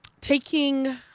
taking